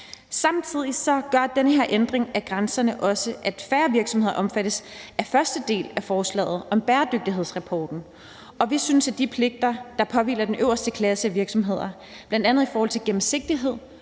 Samtidig gør den her ændring, at færre virksomheder omfattes af første del af forslaget om bæredygtighedsrapporten. Vi synes, at de pligter, der påhviler den øverste klasse af virksomheder, bl.a. i forhold til gennemsigtighed,